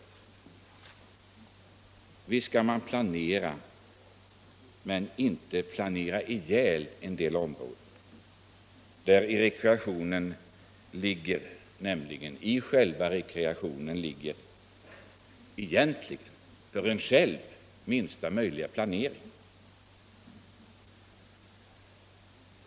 Visst skall man planera, men man skall inte planera ihjäl en del områden. I själva rekreationen ligger egentligen, för en själv, minsta möjliga planering.